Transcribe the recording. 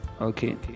Okay